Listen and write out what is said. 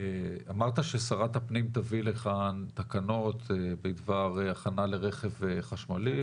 אמרת ששרת הפנים תביא לכאן תקנות בדבר הכנה לרכב חשמלי.